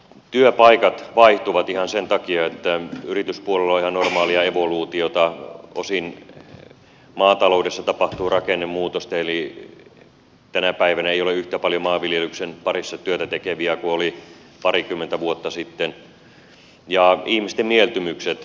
työpaikat vaihtuvat ihan sen takia että yrityspuolella on ihan normaalia evoluutiota osin maataloudessa tapahtuu rakennemuutosta eli tänä päivänä ei ole yhtä paljon maanviljelyksen parissa työtä tekeviä kuin oli parikymmentä vuotta sitten ja ihmisten mieltymykset muuttuvat